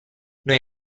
noi